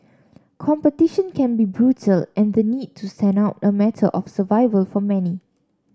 competition can be brutal and the need to stand out a matter of survival for many